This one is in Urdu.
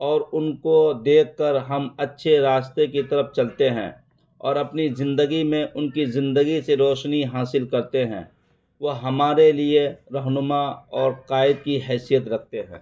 اور ان کو دیکھ کر ہم اچھے راستے کی طرف چلتے ہیں اور اپنی زندگی میں ان کی زندگی سے روشنی حاصل کرتے ہیں وہ ہمارے لیے رہنما اور قائد کی حیثیت رکھتے ہیں